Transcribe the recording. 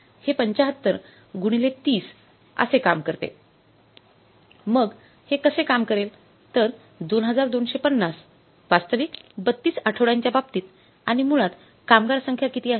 हे ७५ गुणिले ३० असे काम करेलमग हे कसे काम करेल तर २२५० वास्तविक 32 आठवड्यांच्या बाबतीत आणि मुळात कामगार संख्या किती आहे